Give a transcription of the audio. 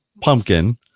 pumpkin